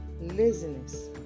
laziness